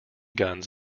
guns